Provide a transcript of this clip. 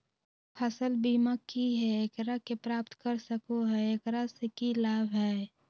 फसल बीमा की है, एकरा के प्राप्त कर सको है, एकरा से की लाभ है?